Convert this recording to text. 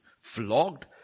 flogged